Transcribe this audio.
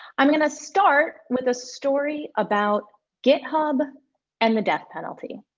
i'm gonna start with a story about github and the death penalty.